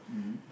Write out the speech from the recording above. mm